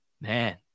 Man